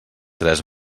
tres